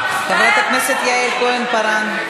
חברת הכנסת יעל כהן-פארן.